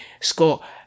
Scott